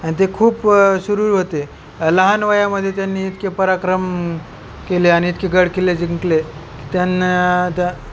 आणि ते खूप शूरवीर होते लहान वयामध्ये त्यांनी इतके पराक्रम केले आणि इतके गडकिल्ले जिंकले त्यांना त्या